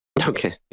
okay